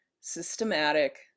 systematic